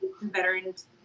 veterans